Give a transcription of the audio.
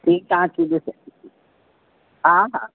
जी तव्हां अची ॾिसो हा हा